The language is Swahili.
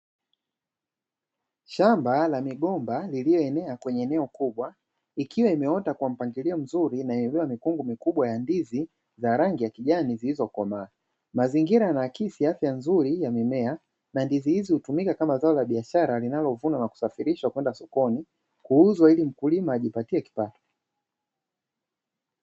Shamba la migomba lililoenea kwenye eneo kubwa ikiwa imeota kwa mpangilio mzuri na inayobeba mikungu ya ndizi za rangi ya kijani zilizokomaa, mazingira yanaakisi afya nzuri ya mimea na ndizi hizi hutumika kama zao la biashara linalovunwa na kusafirishwa kwenda sokoni kuuzwa, ili mkulima ajipatie kipato.